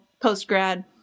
post-grad